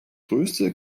größte